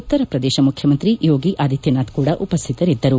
ಉತ್ತರಪ್ರದೇಶ ಮುಖ್ಲಮಂತ್ರಿ ಯೋಗಿ ಆದಿತ್ಲನಾಥ್ ಕೂಡ ಉಪಸ್ಥಿತರಿದ್ದರು